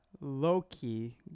Loki